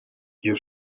you